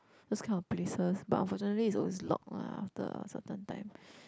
those kind of places but unfortunately it's always locked ah after a certain time